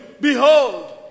Behold